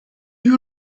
you